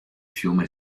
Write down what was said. fiume